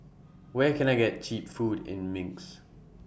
Where Can I get Cheap Food in Minsk